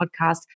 podcast